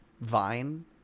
vine